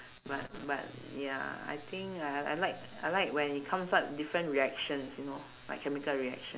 but but ya I think I I like I like when it comes out different reactions you know like chemical reaction